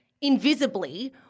invisibly